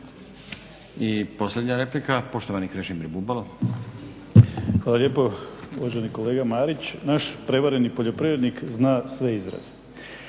I posljednja replika, poštovani Krešimir Bubalo. **Bubalo, Krešimir (HDSSB)** Hvala lijepo. Uvaženi kolega Marić, naš prevareni poljoprivrednik zna sve izraze,